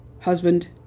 husband